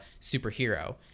superhero